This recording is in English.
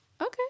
Okay